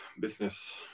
business